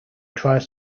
tries